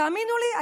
תאמינו לי,